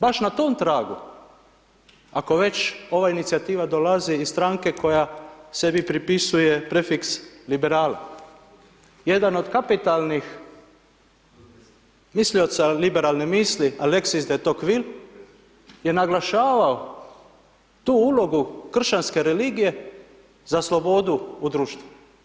Baš na tom tragu ako već ova inicijativa dolazi iz stranke koja sebi pripisuje prefiks liberali, jedan od kapitalnih mislioca liberalne misli Alexis De Tocqueville je naglašavao tu ulogu kršćanske religije za slobodu u društvu.